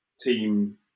team